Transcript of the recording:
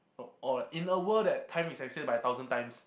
or in a world that time is extended by a thousand times